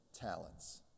talents